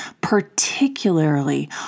particularly